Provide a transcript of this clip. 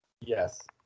Yes